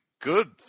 good –